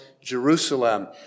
Jerusalem